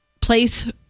place